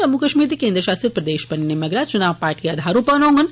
जम्मू कश्मीर दे केन्द्र शासित प्रदेश बनने मगरा चुनां पार्टी आधार उप्पर होंगन